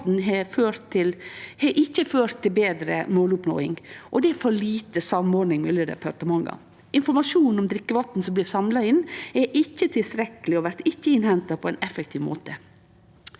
drikkevatn har ikkje ført til betre måloppnåing. – Det er for lite samordning mellom departementa. – Informasjon om drikkevatn som blir samla inn, er ikkje tilstrekkeleg og vert ikkje innhenta på ein effektiv måte.